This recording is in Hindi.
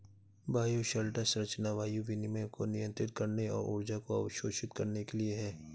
बायोशेल्टर संरचना वायु विनिमय को नियंत्रित करने और ऊर्जा को अवशोषित करने के लिए है